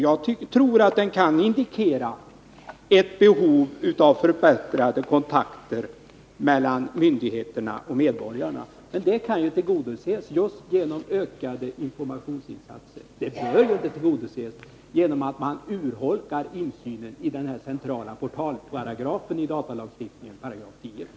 Jag tror att den kan indikera ett behov av förbättrade kontakter mellan myndigheterna och medborgarna. Men det kan ju tillgodoses just genom ökade informationsinsatser. Det bör inte tillgodoses genom att man urholkar insynen i den centrala portalparagrafen i datalagstiftningen, 10 §.